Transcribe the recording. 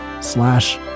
slash